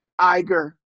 Iger